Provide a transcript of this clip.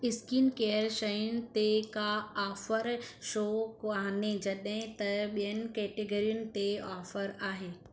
skin care शयूं ते कोई ऑफर छो कोन्हे जॾहिं त ॿियनि कैटेगरियुनि ते ऑफर आहे